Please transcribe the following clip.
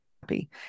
happy